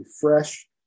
fresh